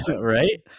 Right